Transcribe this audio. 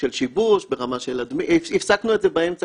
תבחרו ביניכם.